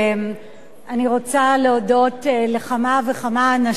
אני רוצה להודות לכמה וכמה אנשים,